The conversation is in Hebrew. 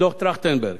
את דוח-טרכטנברג,